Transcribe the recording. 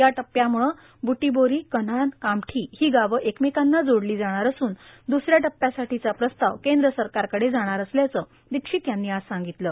या टप्प्यामूळं ब्टीबोरी कन्हान कामठी ही गावं एकमेकांना जोडली जाणार असून द्सऱ्या टप्प्यासाठीचा प्रस्ताव केंद्र सरकारकडे जाणार असल्याचं दीक्षित यांनी आज सांगितलं